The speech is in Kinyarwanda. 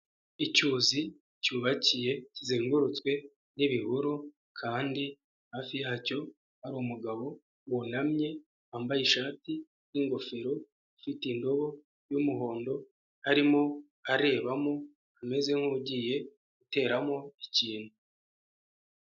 Icyuzi cyubakiye kizengurutswe n'ibihuru, kandi hafi yacyo hari umugabo wunamye wambaye ishati n'ingofero, ufite indobo y'umuhondo arimo arebamo umeze nk'ugiye guteramo ikintu.